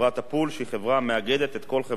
שהיא החברה המאגדת את כל חברות הביטוח,